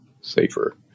safer